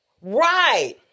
right